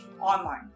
online